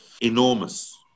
Enormous